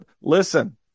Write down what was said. listen